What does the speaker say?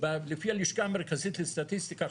לפי הלשכה המרכזית לסטטיסטיקה,